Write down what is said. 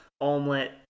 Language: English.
omelet